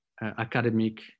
academic